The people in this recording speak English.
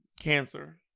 cancer